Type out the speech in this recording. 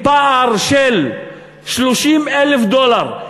עם פער של 30,000 דולר.